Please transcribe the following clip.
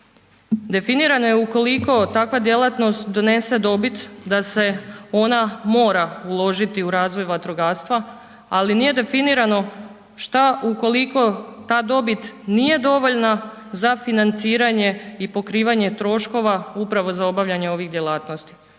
Definirano je ukoliko takva djelatnost donese dobit da se ona mora uložiti u razvoj vatrogastva, ali nije definirano šta ukoliko ta dobit nije dovoljna za financiranje i pokrivanje troškova upravo za obavljanje ovih djelatnosti,